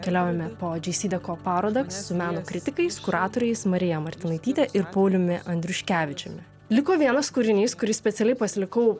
keliaujame po džeisideko parodą su meno kritikais kuratoriais marija martinaityte ir pauliumi andriuškevičiumi liko vienas kūrinys kurį specialiai pasilikau